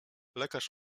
lekarz